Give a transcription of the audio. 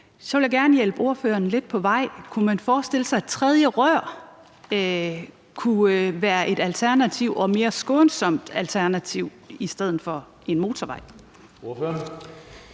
Så vil jeg gerne hjælpe ordføreren lidt på vej: Kunne man forestille sig, at et tredje rør kunne være et alternativ og et mere skånsomt alternativ i forhold til en motorvej?